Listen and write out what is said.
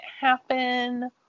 happen